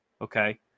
okay